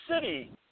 city